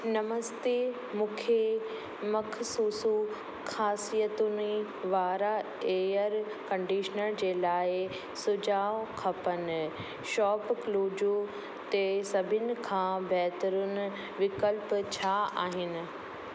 नमस्ते मूंखे मख़सूसु ख़ासियतुनि वारा एयर कंडीशनर जे लाइ सुझाव खपनि शॉपक्लूजू ते सभिनि खां बहितरीन विकल्प छा आहिनि